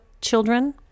children